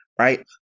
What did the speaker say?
Right